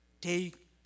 Take